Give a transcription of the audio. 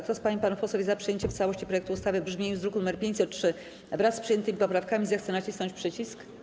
Kto z pań i panów posłów jest za przyjęciem w całości projektu ustawy w brzmieniu z druku nr 503, wraz z przyjętymi poprawkami, zechce nacisnąć przycisk.